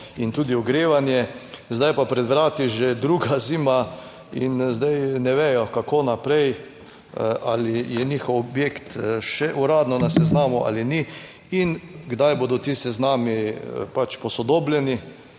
in tudi ogrevanje. Zdaj pa pred vrati že druga zima in zdaj ne vejo, kako naprej. Ali je njihov objekt še uradno na seznamu ali ni in kdaj bodo ti seznami posodobljeni,